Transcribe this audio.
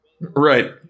Right